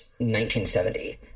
1970